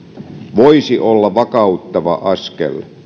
voisi olla vakauttava askel